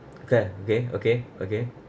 okay okay okay